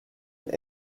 and